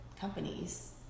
companies